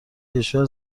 کشور